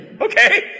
Okay